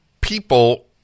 people